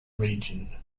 region